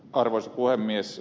arvoisa puhemies